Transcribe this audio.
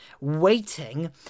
waiting